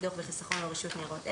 ביטוח וחיסכון או רשות ניירות ערך".